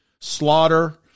Slaughter